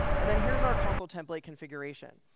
and then here's our consul template configuration.